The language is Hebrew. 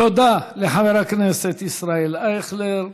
תודה לחבר הכנסת ישראל אייכלר.